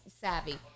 savvy